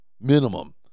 Minimum